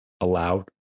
allowed